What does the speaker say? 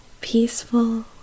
peaceful